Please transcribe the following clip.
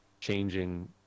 changing